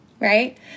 right